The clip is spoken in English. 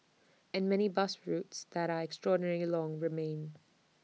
and many bus routes that are extraordinarily long remain